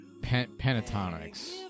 pentatonics